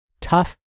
tough